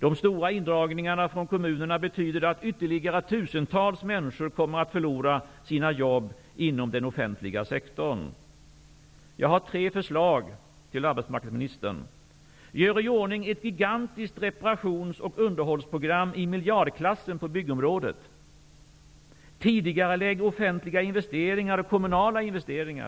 De stora indragningarna från kommunerna betyder att ytterligare tusentals människor kommer att förlora sina jobb inom den offentliga sektorn. Jag har tre förslag till arbetsmarknadsministern: 1.Gör i ordning ett gigantiskt reparations och underhållsprogram i miljardklassen på byggområdet. 2.Tidigarelägg offentliga investeringar och kommunala investeringar.